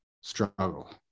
struggle